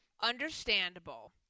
understandable